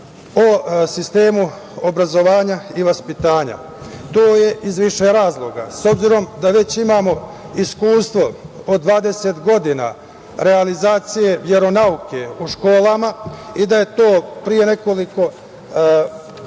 o sistemu obrazovanja i vaspitanja. To je iz više razloga.S obzirom da već imamo iskustvo od 20 godina realizacije veronauke u školama i da je to pre nekoliko